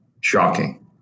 Shocking